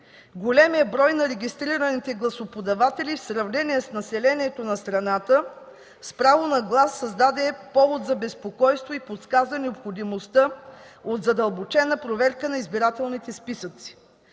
Големият брой на регистрираните гласоподаватели, в сравнение с населението на страната с право на глас, създаде повод за безпокойство и подсказа необходимостта от задълбочена проверка на избирателните списъци.